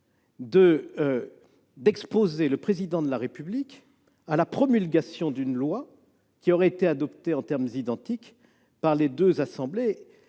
d'exposer le Président de la République à la promulgation d'une loi qui aurait été adoptée en termes identiques par les deux assemblées